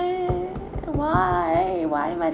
~it why why am I